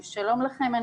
שלום לכם.